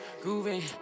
grooving